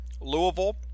Louisville